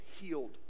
healed